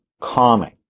calming